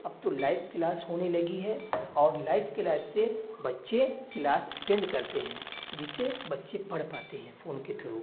اب تو live class ہونے لگی ہے اور لائو کلاس سے بچے کلاس اٹینڈ کرتے ہیں جس سے بچے پڑھ پاتے ہیں فون کے تھرو